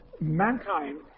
mankind